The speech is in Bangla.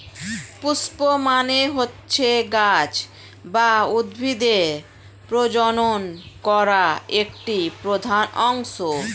পুস্প মানে হচ্ছে গাছ বা উদ্ভিদের প্রজনন করা একটি প্রধান অংশ